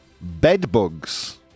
bedbugs